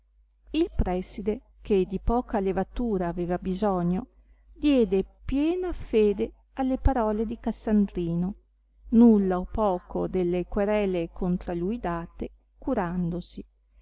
il preside che di poca levatura aveva bisogno diede piena fede alle parole di cassandrino nulla o poco delle querele contra lui date curandosi